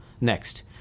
next